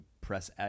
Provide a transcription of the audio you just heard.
press